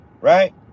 Right